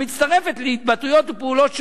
המצטרפת להתבטאויות ופעולות שונות,